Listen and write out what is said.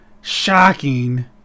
shocking